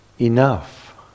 Enough